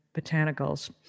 botanicals